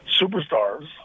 superstars